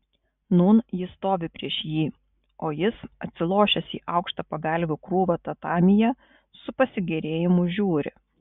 nūn ji stovi prieš jį o jis atsilošęs į aukštą pagalvių krūvą tatamyje su pasigėrėjimu žiūri